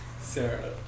Sarah